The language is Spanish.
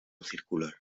circular